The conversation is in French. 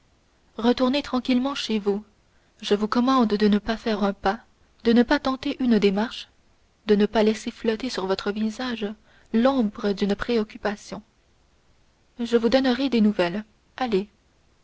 retournez tranquillement chez vous je vous commande de ne pas faire un pas de ne pas tenter une démarche de ne pas laisser flotter sur votre visage l'ombre d'une préoccupation je vous donnerai des nouvelles allez